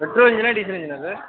petrol இன்ஜினா diesel இன்ஜினா sir